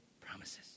promises